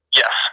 yes